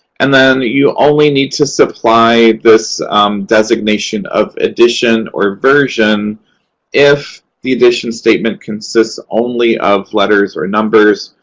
and then, you only need to supply this designation of edition or version if the edition statement consists only of letters or numbers,